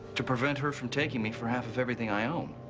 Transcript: to prevent her from taking me for half of everything i own.